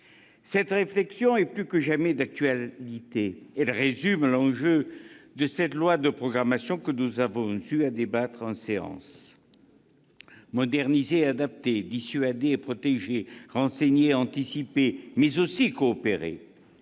Cette réflexion est plus que jamais d'actualité. Elle résume l'enjeu du projet de loi de programmation dont nous avons eu à débattre en séance : moderniser et adapter ; dissuader et protéger ; renseigner et anticiper ; mais aussi coopérer.